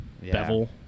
bevel